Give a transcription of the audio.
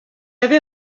avait